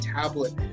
tablet